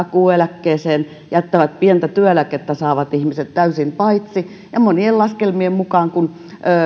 korotukset takuueläkkeeseen jättävät pientä työeläkettä saavat ihmiset täysin paitsi ja monien laskelmien mukaan kun